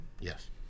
Yes